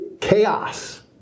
chaos